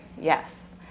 yes